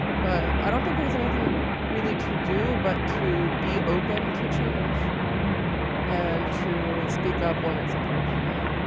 but i don't think there's anything really to do but to be open to change and to speak up when it's appropriate